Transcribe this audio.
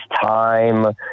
time